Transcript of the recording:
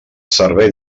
servei